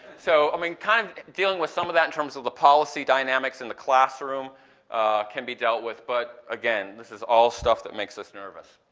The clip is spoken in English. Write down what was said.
so i mean kind of dealing with some of that in terms of the policy dynamics in the classroom can be dealt with, but again, this is all stuff that makes us nervous.